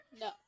No